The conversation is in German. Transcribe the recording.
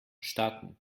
starten